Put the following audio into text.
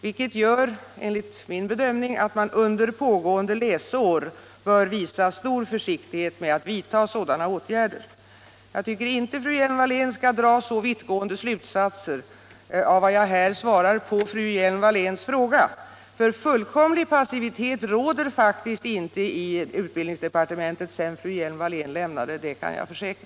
Detta gör, enligt min bedömning, att man under pågående läsår bör visa stor försiktighet med att vidta sådana åtgärder. Jag tycker inte att fru Hjelm-Wallén skall dra så vittgående slutsatser av vad jag här svarar på fru Hjelm-Walléns fråga. Det råder faktiskt inte fullkomlig passivitet i utbildningsdepartementet sedan fru Hjelm Wallén lämnade det, det kan jag försäkra.